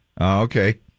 Okay